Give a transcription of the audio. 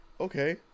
Okay